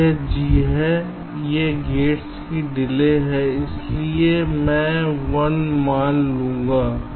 तो यह g है ये गेट्स की डिले है इसलिए मैं 1 मान लूंगा